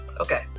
Okay